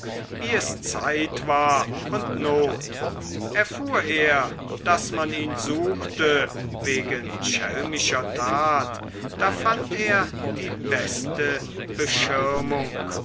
wie es zeit war und not erfuhr er daß man ihn suchte wegen schelmischer tat da fand er die beste beschirmung